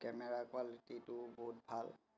কেমেৰাৰ কোৱালিটিটো বহুত ভাল